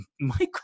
michael